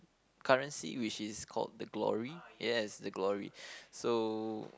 currency which is called the Glory yes the Glory so